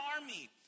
army